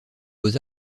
beaux